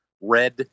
Red